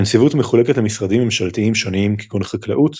הנציבות מחולקת למשרדים ממשלתיים שונים כגון חקלאות,